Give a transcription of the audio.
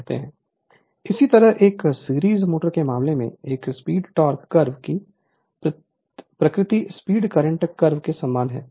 Refer Slide Time 2437 इसी तरह एक सीरीज मोटर के मामले में एक स्पीड टोक़ कर्व की प्रकृति स्पीड करंट कर्व के समान है